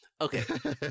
Okay